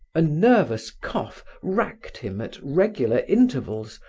a nervous cough racked him at regular intervals,